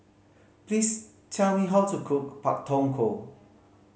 please tell me how to cook Pak Thong Ko